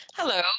Hello